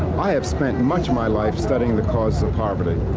i have spent much of my life studying the causes of poverty.